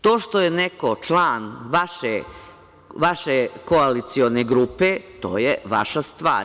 To što je neko član vaše koalicione grupe, to je vaša stvar.